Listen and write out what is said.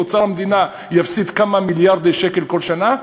אוצר המדינה יפסיד כמה מיליארדי שקל כל שנה,